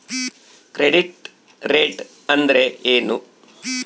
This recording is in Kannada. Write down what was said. ಕ್ರೆಡಿಟ್ ರೇಟ್ ಅಂದರೆ ಏನು?